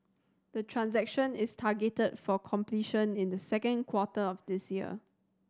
the transaction is targeted for completion in the second quarter of this year